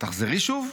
תחזרי שוב.